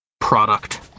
product